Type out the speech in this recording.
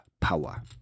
power